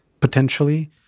potentially